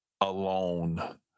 alone